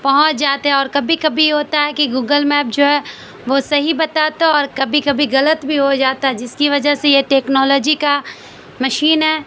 پہنچ جاتے ہیں اور کبی کبی یہ ہوتا ہے کہ گگل میپ جو ہے وہ سہی بتاتا اور کبی کبی غلط بی ہو جاتا ہے جس کی وجہ سے یہ ٹیکنالوجی کا مشین ہے